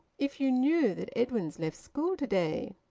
if you knew that edwin's left school to-day.